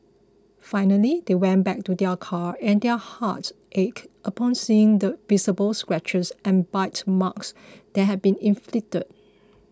finally they went back to their car and their hearts ached upon seeing the visible scratches and bite marks that had been inflicted